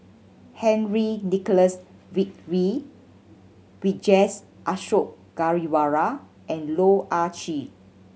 Henry Nicholas Ridley Vijesh Ashok Ghariwala and Loh Ah Chee